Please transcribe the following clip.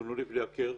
שונו לבלי הכר.